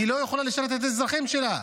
היא לא יכולה לשרת את האזרחים שלה.